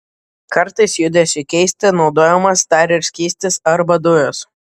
kartais judesiui keisti naudojamas dar ir skystis arba dujos